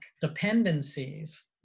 dependencies